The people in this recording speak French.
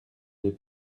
n’est